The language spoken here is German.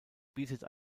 bietet